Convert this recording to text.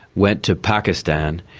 went to pakistan.